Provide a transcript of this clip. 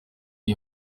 iyi